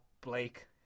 Blake